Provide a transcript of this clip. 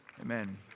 Amen